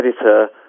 editor